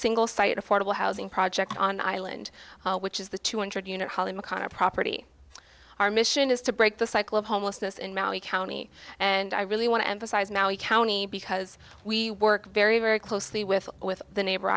single site affordable housing project on the island which is the two hundred unit holly mcconnell property our mission is to break the cycle of homelessness in maui county and i really want to emphasize now county because we work very very closely with with the neighbor